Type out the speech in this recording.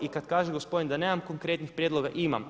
I kad kaže gospodin da nemam konkretnih prijedloga, imam.